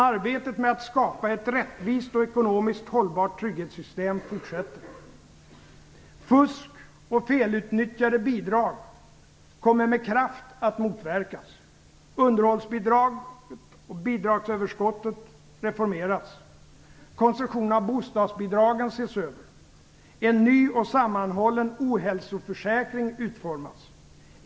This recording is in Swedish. Arbetet med att skapa ett rättvist och ekonomiskt hållbart trygghetssystem fortsätter. Fusk och felutnyttjande av bidrag kommer med kraft att motverkas. Underhållsbidraget och bidragsförskottet reformeras. Konstruktionen av bostadsbidragen ses över. En ny och sammanhållen ohälsoförsäkring utformas.